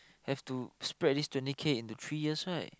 have to spread this twenty K into three years right